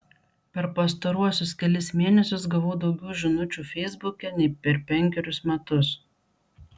per pastaruosius kelis mėnesius gavau daugiau žinučių feisbuke nei per penkerius metus